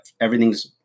everything's